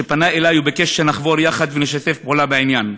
שפנה אלי וביקש שנחבור ונשתף פעולה בעניין.